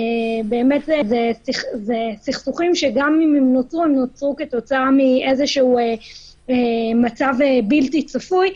באמת זה סכסוכים שנוצרו כתוצאה ממצב בלתי צפוי,